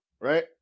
right